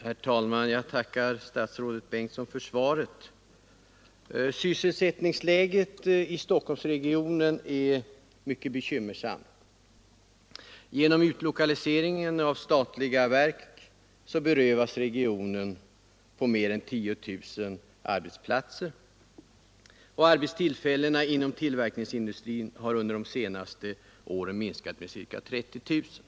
Herr talman! Jag tackar statsrådet Bengtsson för svaret. Sysselsättningsläget i Stockholmsregionen är mycket bekymmersamt. Genom utlokalisering av statliga verk berövas regionen mer än 10 000 arbetsplatser. Arbetstillfällena inom tillverkningsindustrin har under de senaste åren minskat med ca 30 000.